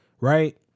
right